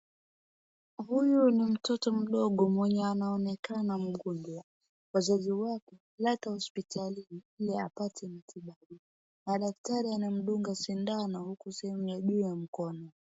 Huyu ni mtoto mdogo mwenye anaonekana mgonjwa. Wazazi wake leta hospitalini ili apate matibabu. Na daktari anamduga sindano huku sehemu ya juu ya mkono.